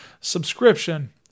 subscription